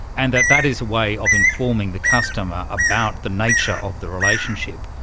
and that that is a way of informing the customer about the nature of the relationship.